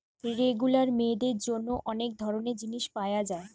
regular মেয়েদের জন্যে অনেক ধরণের জিনিস পায়া যায়